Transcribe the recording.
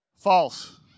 false